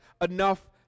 enough